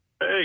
Hey